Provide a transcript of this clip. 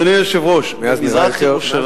מאז הוא נראה יותר רגוע.